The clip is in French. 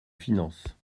finances